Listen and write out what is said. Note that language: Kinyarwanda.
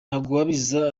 ntagwabira